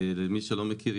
מי שלא מכיר,